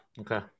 Okay